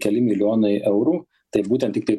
keli milijonai eurų tai būtent tiktai